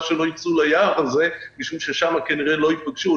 שלא יצאו ליער הזה משום ששם כנראה לא ייפגשו.